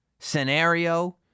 scenario